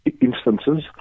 instances